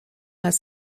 als